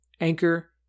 Anchor